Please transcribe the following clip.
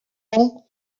pan